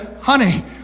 honey